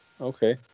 okay